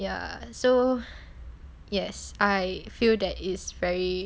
ya so yes I feel that it's very